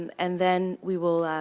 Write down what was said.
and then we will